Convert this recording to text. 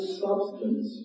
substance